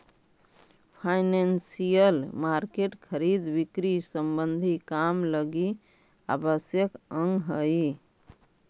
financial market खरीद बिक्री संबंधी काम लगी आवश्यक अंग हई